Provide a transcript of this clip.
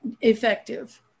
effective